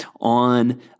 on